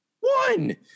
one